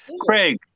Craig